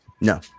no